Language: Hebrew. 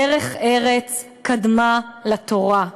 דרך ארץ קדמה לתורה.